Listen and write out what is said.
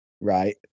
right